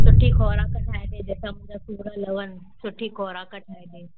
सुठी खुराक ठाहे ॾे जंहिंसां मुंहिंजा सूर लवनि सुठी खुराक ठाहे ॾे